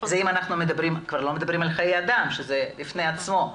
אנחנו כבר לא מדברים על חיי אדם שזה בפני עצמו,